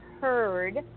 heard